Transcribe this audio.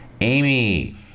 Amy